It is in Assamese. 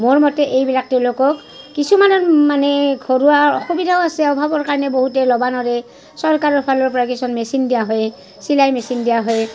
মোৰ মতে এইবিলাক তেওঁলোকক কিছুমানৰ মানে ঘৰুৱা অসুবিধাও আছে অভাৱৰ কাৰণে বহুতে ল'বা ন'ৰে চৰকাৰৰ ফালৰ পৰা কিছুমান মেচিন দিয়া হয় চিলাই মেচিন দিয়া হয়